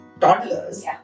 toddlers